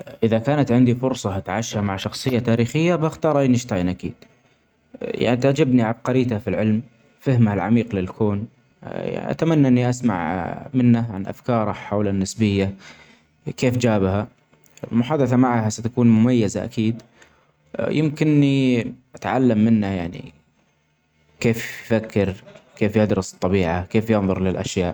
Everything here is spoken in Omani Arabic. لو كنت مجبور أعيش في جزيرة بالصراء باخذ معي جهاز تقنية مياة عشان أشرب. سكين متعدد الأستخدامات حج الأغراض اليومية ، وأكل مجفف وعلب يكفيني ،وكتاب يعلم طرق القاء ، وجهاز تواصل أطلب المساعدة وقت ما أحتاج.